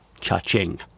Cha-ching